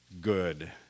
good